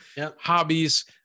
hobbies